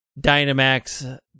Dynamax